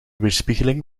weerspiegeling